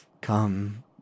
Come